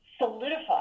solidify